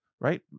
Right